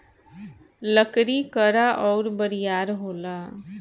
लकड़ी कड़ा अउर बरियार होला